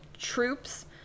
troops